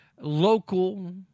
local